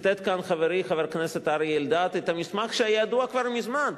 ציטט כאן חברי חבר הכנסת אריה אלדד את המסמך שהיה ידוע כבר מזמן,